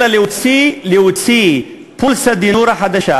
אלא להוציא "פולסא דנורא" חדש,